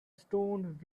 stones